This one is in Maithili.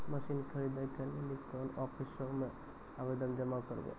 मसीन खरीदै के लेली कोन आफिसों मे आवेदन जमा करवै?